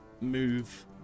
move